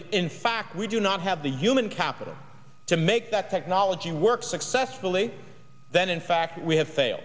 if in fact we do not have the human capital to make that technology work successfully then in fact we have failed